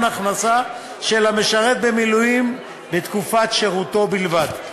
ההכנסה של המשרת במילואים בתקופת שירותו בלבד.